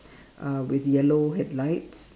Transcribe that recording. uh with yellow headlights